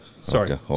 Sorry